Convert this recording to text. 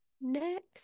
next